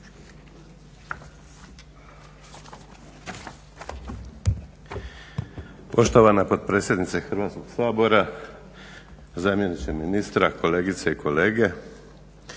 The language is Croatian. Poštovana potpredsjednice Hrvatskoga sabora, zamjeniče ministra, kolegice i kolege.